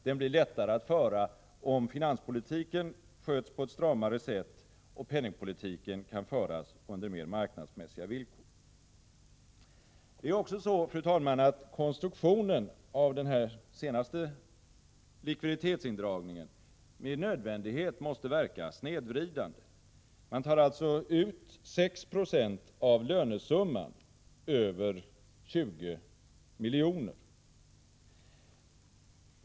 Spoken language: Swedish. Det blir lättare om finanspolitiken sköts på ett stramare sätt och om penningpolitiken kan föras under mer marknadsmässiga villkor. Det är också så, fru talman, att konstruktionen av den senaste likviditetsindragningen med nödvändighet måste verka snedvridande. Man tar alltså ut 6 20 av lönesumman över 20 miljoner.